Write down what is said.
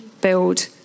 build